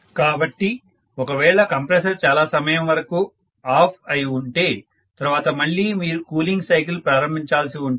కాబట్టి ఒకవేళ కంప్రెసర్ చాలా సమయం వరకు ఆఫ్ అయి ఉంటే తర్వాత మళ్లీ మీరు కూలింగ్ సైకిల్ ప్రారంభించాల్సి ఉంటుంది